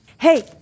Hey